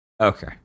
okay